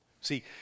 See